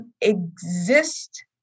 exist